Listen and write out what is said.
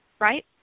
right